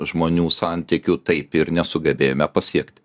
žmonių santykių taip ir nesugebėjome pasiekti